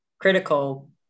critical